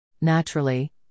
Naturally